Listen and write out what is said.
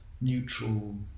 neutral